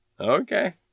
Okay